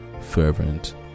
fervent